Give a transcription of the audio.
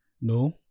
No